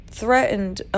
threatened